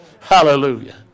Hallelujah